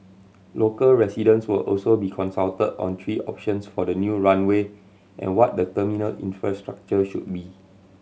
local residents will also be consulted on three options for the new runway and what the terminal infrastructure should be